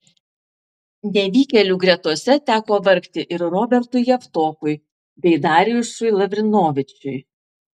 nevykėlių gretose teko vargti ir robertui javtokui bei darjušui lavrinovičiui